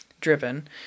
driven